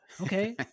okay